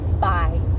Bye